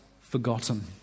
forgotten